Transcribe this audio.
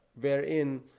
wherein